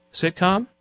sitcom